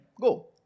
go